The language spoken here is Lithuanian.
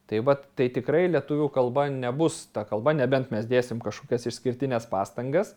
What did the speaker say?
tai vat tai tikrai lietuvių kalba nebus ta kalba nebent mes dėsim kažkokias išskirtines pastangas